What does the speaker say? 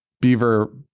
Beaver